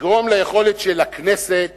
לגרום ליכולת של הכנסת